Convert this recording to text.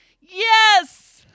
yes